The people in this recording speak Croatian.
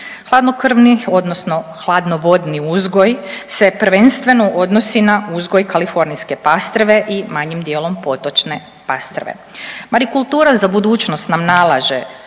Hladnokrvni odnosno hladnovodni uzgoj se prvenstveno odnosi na uzgoj kalifornijske pastrve i manjim dijelom potočne pastrve. Marikultura za budućnost nam nalaže